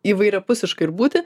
įvairiapusiška ir būti